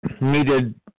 needed